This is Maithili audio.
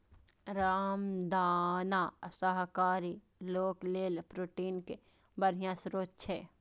रामदाना शाकाहारी लोक लेल प्रोटीनक बढ़िया स्रोत छियै